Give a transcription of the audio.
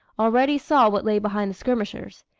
already saw what lay behind the skirmishers.